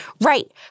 right